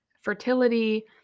fertility